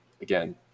again